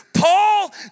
Paul